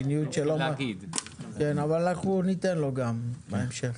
ניתן לו בהמשך.